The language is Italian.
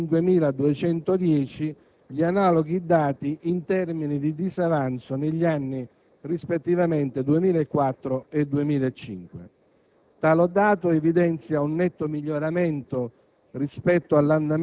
(erano 21.555 e 35.210 gli analoghi dati in termini di disavanzo negli anni rispettivamente 2004 e 2005).